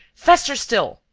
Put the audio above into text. faster still!